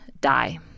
die